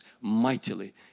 mightily